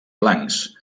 blancs